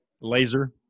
Laser